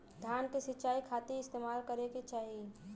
धान के सिंचाई खाती का इस्तेमाल करे के चाही?